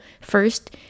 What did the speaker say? first